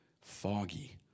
foggy